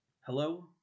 Hello